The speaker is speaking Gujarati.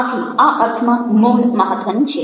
આથી આ અર્થમાં મૌન મહત્ત્વનું છે